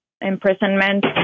imprisonment